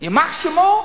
"יימח שמו".